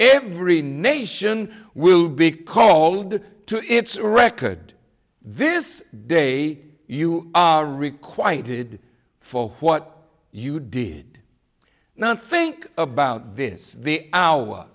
every nation will be called to its record this day you are required did for what you did not think about this the hour